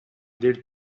del